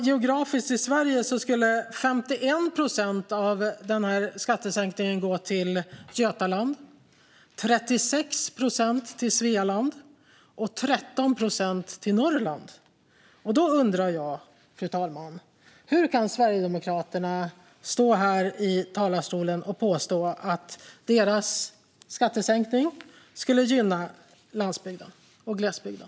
Geografiskt sett skulle 51 procent av skattesänkningen gå till Götaland, 36 procent till Svealand och 13 procent till Norrland. Då undrar jag, fru talman: Hur kan Sverigedemokraterna stå i talarstolen och påstå att deras skattesänkning skulle gynna landsbygden och glesbygden?